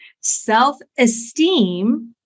self-esteem